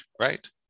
right